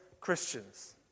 Christians